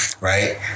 Right